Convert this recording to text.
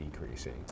decreasing